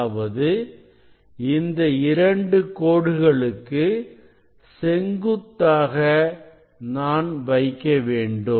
அதாவது இந்த இரண்டு கோடுகளுக்கு செங்குத்தாக நான் வைக்க வேண்டும்